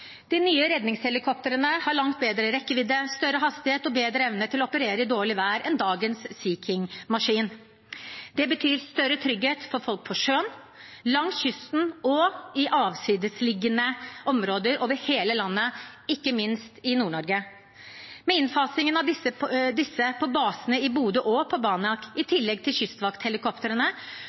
De nye redningshelikoptrene har langt bedre rekkevidde, større hastighet og bedre evne til å operere i dårlig vær enn dagens Sea King-maskin. Det betyr større trygghet for folk på sjøen, langs kysten og i avsidesliggende områder over hele landet, ikke minst i Nord-Norge. Med innfasingen av disse på basene i Bodø og på Banak, i tillegg til kystvakthelikoptrene,